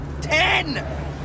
Ten